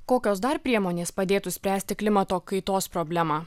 kokios dar priemonės padėtų spręsti klimato kaitos problemą